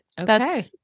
Okay